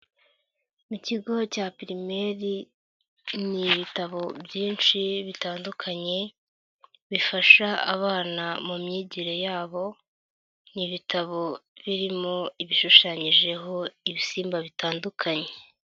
Mu kigo cya pirimari, ni ibitabo byinshi bitandukanye, bifasha abana mu myigire yabo, ni ibitabo birimo ibishushanyijeho ibisimba bitandukanye.